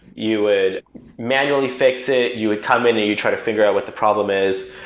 you would manually fix it, you would come in and you try to figure what the problem is,